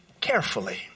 carefully